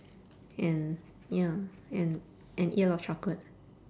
and ya and and eat a lot of chocolate